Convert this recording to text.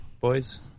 boys